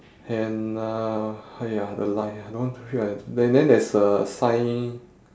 and uh !haiya! the line I don't feel like then then there's a sign